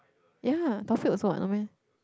ya Taufik also what no meh